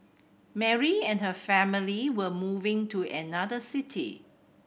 Mary and her family were moving to another city